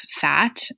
fat